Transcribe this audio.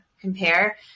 compare